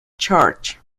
church